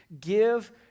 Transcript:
give